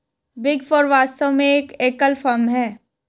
big four वास्तव में एक एकल फर्म है